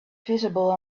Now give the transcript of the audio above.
visible